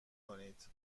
کنید